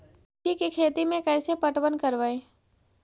मिर्ची के खेति में कैसे पटवन करवय?